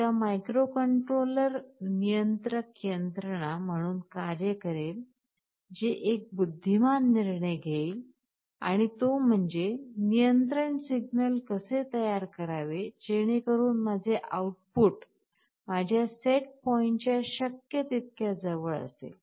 एक मायक्रोकंट्रोलर नियंत्रक यंत्रणा म्हणून कार्य करेल जे एक बुद्धिमान निर्णय घेईल आणि तो म्हणजे नियंत्रण सिग्नल कसे तयार करावे जेणेकरून माझे आउटपुट माझ्या सेट पॉइंटच्या शक्य तितक्या जवळ असेल